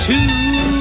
Two